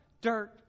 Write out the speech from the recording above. dirt